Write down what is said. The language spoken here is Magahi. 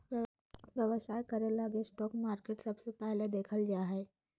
व्यवसाय करे लगी स्टाक मार्केट सबसे पहले देखल जा हय